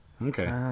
Okay